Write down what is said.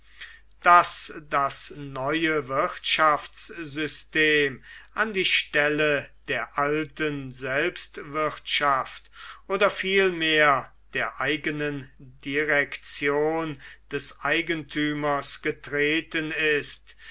daß das neue wirtschaftssystem an die stelle der alten selbstwirtschaft oder vielmehr der eigenen direktion des eigentümers getreten ist